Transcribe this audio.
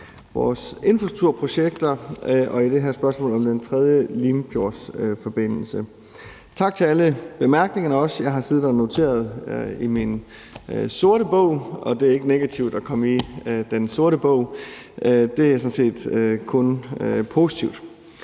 vores infrastrukturprojekter og i det her spørgsmål om Den 3. Limfjordsforbindelse. Tak for alle bemærkningerne. Jeg har siddet og noteret i min sorte bog. Og det er ikke negativt at komme i den sorte bog; det er sådan set kun positivt.